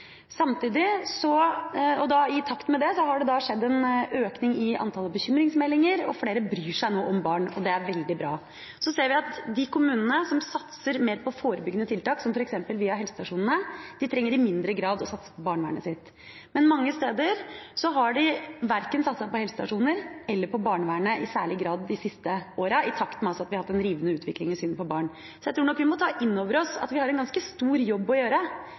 Samtidig og i takt med dette, har det skjedd en økning i antallet bekymringsmeldinger. Flere bryr seg nå om barn, og det er veldig bra. Så ser vi at de kommunene som satser mer på forebyggende tiltak, f.eks. via helsestasjonene, trenger i mindre grad å satse på barnevernet sitt. Men mange steder har de verken satset på helsestasjoner eller på barnevernet i særlig grad de siste årene – i takt med at vi har hatt en rivende utvikling i synet på barn. Jeg tror nok vi må ta inn over oss at vi har en ganske stor jobb å gjøre.